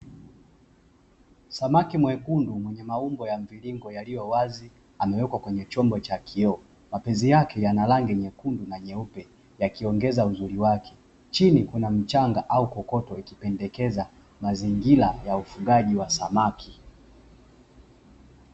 Samaki mwekundu mwenye maumbo ya mviringo yaliyo wazi amewekwa kwenye chombo cha kioo, mapezi yake yana rangi nyekundu na nyeupe yakiongeza uzuri wake, chini kuna mchanga au kokoto ikipendekeza mazingira ya ufugaji wa samaki.